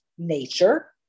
Nature